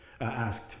asked